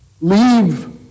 Leave